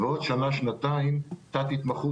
ועוד שנה-שנתיים תת התמחות,